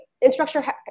Instructor